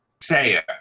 Sayer